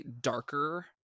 darker